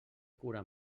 curà